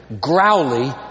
growly